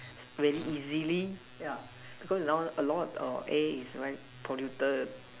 very easily yeah because now a lot of A is very polluted